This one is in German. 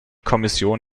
kommission